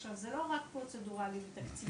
עכשיו, זה לא רק פרוצדוראלי ותקציבי.